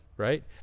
right